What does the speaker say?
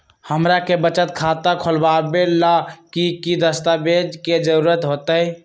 हमरा के बचत खाता खोलबाबे ला की की दस्तावेज के जरूरत होतई?